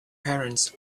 parents